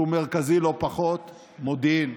שהוא מרכזי לא פחות, הוא מודיעין.